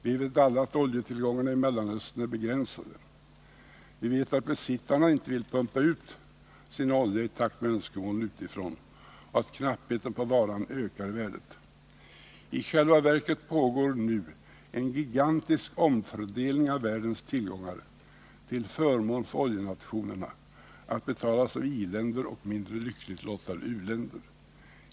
Vi vet alla att oljetillgångarna i Mellanöstern är begränsade. Vi vet också att besittarna icke vill pumpa ut sin olja i takt med önskemålen utifrån och att knappheten på varan ökar värdet. I själva verket pågår nu en gigantisk omfördelning av världens tillgångar till förmån för oljenationerna, att betalas av i-länder och mindre lyckligt lottade u-länder.